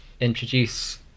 introduce